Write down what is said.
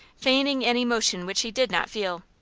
feigning an emotion which he did not feel,